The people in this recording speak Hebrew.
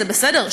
בסדר,